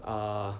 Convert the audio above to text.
err